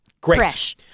Great